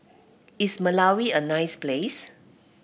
is Malawi a nice place